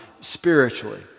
spiritually